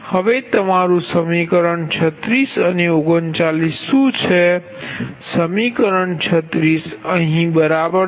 હવે તમારું સમીકરણ 36 અને 39 શું છે સમીકરણ 36 અહીં બરાબર છે